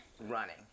running